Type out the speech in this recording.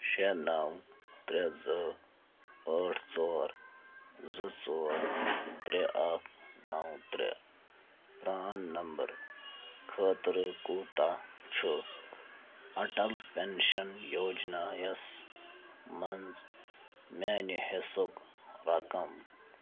شےٚ نَو ترٛےٚ زٕ ٲٹھ ژور زٕ ژور ترٛےٚ اَکھ نَو ترٛےٚ پرٛان نمبر خٲطرٕ کوٗتاہ چھُ اَٹل پیٚنشن یوجنا یَس مَنٛز میٛانہِ حصُک رقم